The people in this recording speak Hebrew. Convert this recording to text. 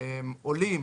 עולים